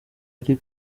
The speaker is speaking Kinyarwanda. ari